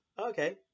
okay